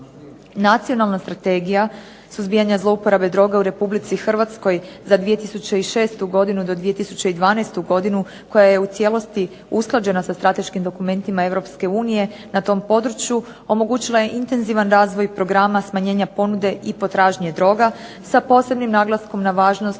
Nacionalna strategija suzbijanja zlouporabe droge u RH za 2006. do 2012. godinu koja je u cijelosti usklađena sa strateškim dokumentima EU na tom području omogućila je intenzivan razvoj programa smanjenja ponude i potražnje droga sa posebnim naglaskom na važnost